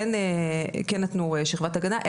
כן נתנו שכבת הגנה,